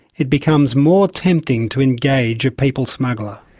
it becomes more tempting to engage a people smuggler.